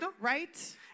Right